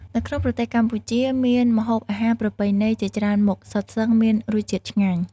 នៅក្នុងប្រទេសកម្ពុជា មានម្ហូបអាហារប្រពៃណីជាច្រើនមុខសុទ្ធសឹងមានរសជាតិឆ្ងាញ់។